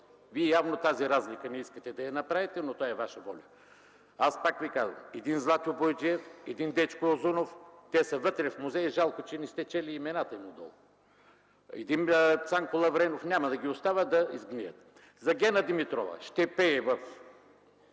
Вие явно тази разлика не искате да я направите, но това е Ваша воля. Пак Ви казвам, Златю Бояджиев, Дечко Узунов, те са вътре в музея, жалко, че не сте чели имената им отдолу, Цанко Лавренов – няма да ги оставя да изгният. За Гена Димитрова – ще пее,